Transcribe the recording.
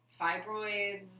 fibroids